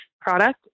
product